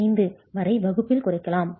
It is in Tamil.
5 வரை வகுப்பில் குறைக்கலாம்